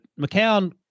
McCown